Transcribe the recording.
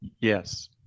Yes